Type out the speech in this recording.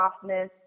softness